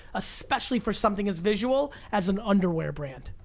especially for something as visual as an underwear brand.